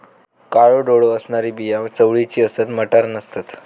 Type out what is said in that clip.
काळो डोळो असणारी बिया चवळीची असतत, मटार नसतत